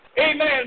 Amen